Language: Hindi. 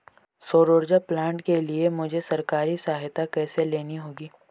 सौर ऊर्जा प्लांट के लिए मुझे सरकारी सहायता कैसे लेनी होगी?